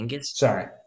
Sorry